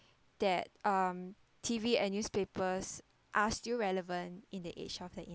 that um T_V and newspapers are still relevant in the age of the